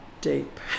deep